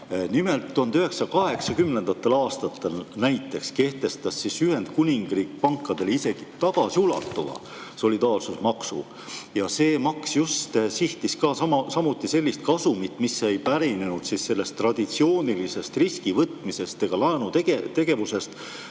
1980. aastatel näiteks kehtestas Ühendkuningriik pankadele isegi tagasiulatuva solidaarsusmaksu. See maks sihtis samuti sellist kasumit, mis ei pärinenud traditsioonilisest riskivõtmisest ega laenutegevusest,